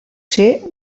ser